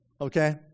okay